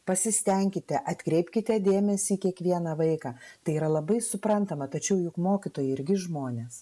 pasistenkite atkreipkite dėmesį į kiekvieną vaiką tai yra labai suprantama tačiau juk mokytojai irgi žmonės